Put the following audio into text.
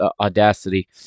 Audacity